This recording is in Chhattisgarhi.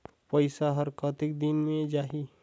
पइसा हर कतेक दिन मे जाही?